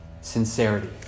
sincerity